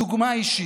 דוגמה אישית.